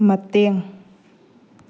ꯃꯇꯦꯡ